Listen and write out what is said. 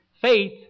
Faith